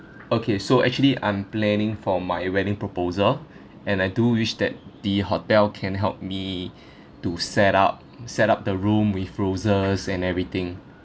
okay so actually I'm planning for my wedding proposal and I do wish that the hotel can help me to set up set up the room with roses and everything